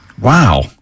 Wow